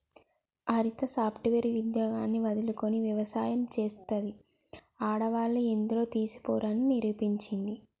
హరిత software ఉద్యోగాన్ని వదులుకొని వ్యవసాయం చెస్తాంది, ఆడవాళ్లు ఎందులో తీసిపోరు అని నిరూపించింది